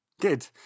good